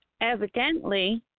evidently